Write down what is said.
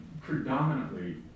predominantly